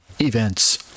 events